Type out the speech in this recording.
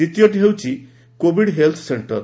ଦ୍ୱିତୀୟଟି ହେଉଛି COVID health centre